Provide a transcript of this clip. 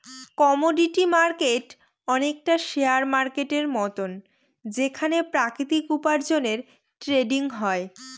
commodity market অনেকটা share মার্কেটের মতন যেখানে প্রাকৃতিক উপার্জনের ট্রেডিং হয়